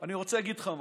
אני רוצה להגיד משהו,